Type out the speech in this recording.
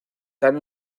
tan